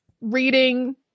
reading